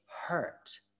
hurt